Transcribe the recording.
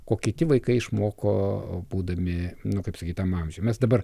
ko kiti vaikai išmoko būdami nu kaip sakyt tam amžiuj mes dabar